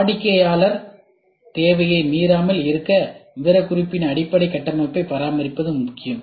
வாடிக்கையாளர் தேவையை மீறாமல் இருக்க விவரக்குறிப்பின் அடிப்படை கட்டமைப்பை பராமரிப்பது முக்கியம்